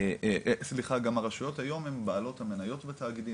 סליחה גם הרשויות היום הן בעלות המניות בתאגידים,